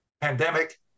pandemic